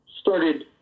started